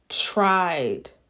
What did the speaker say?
tried